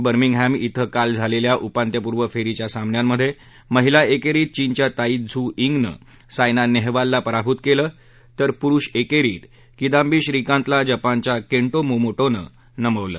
Birmingham कां काल झालेल्या उपांत्यपूर्व फेरीच्या सामन्यांमध्ये महिला एकेरीत चीनच्या ताई त्झु यींगनं सायना नेहवाल पराभूत केलं तर पुरुष एकेरीत किदांबी श्रीकांतला जपानच्या कें मोमो म नमवलं